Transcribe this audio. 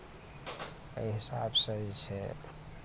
एहि हिसाब सऽ जे छै